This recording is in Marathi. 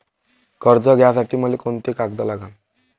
कर्ज घ्यासाठी मले कोंते कागद लागन?